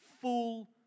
full